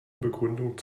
begründung